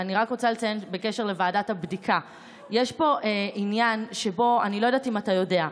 אני רק רוצה לציין בקשר לוועדת הבדיקה: אני לא יודעת אם אתה יודע,